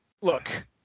look